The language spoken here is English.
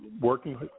working